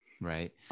Right